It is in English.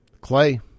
Clay